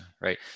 Right